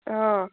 অঁ